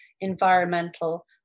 environmental